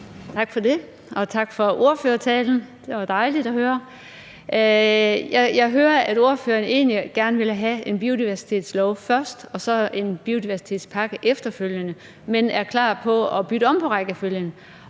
Tak for det, og tak for ordførertalen, det var dejligt at høre. Jeg hører, at ordføreren egentlig gerne vil have en biodiversitetslov først og så en biodiversitetspakke efterfølgende, men er klar på at bytte om på rækkefølgen.